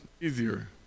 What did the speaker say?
easier